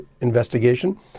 investigation